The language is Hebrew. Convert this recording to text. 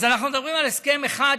אז אנחנו מדברים על הסכם אחד,